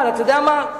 אבל אתה יודע מה?